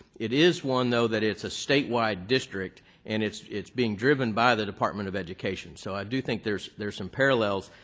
it is one, though, that it's a statewide district and it's it's being driven by the department of education. so i do think there's there's some parallels.